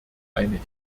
einig